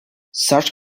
such